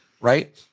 Right